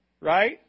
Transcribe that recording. Right